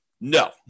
No